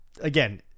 again